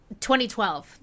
2012